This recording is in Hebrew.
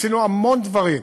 עשינו המון דברים.